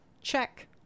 check